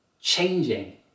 Changing